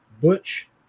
Butch